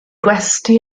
gwesty